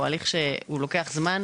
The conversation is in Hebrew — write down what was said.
הוא הליך שלוקח זמן,